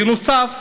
בנוסף,